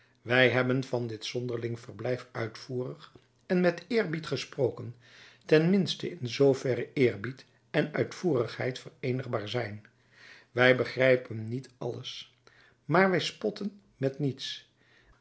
wij hebben van dit zonderling verblijf uitvoerig en met eerbied gesproken ten minste in zoo verre eerbied en uitvoerigheid vereenigbaar zijn wij begrijpen niet alles maar wij spotten met niets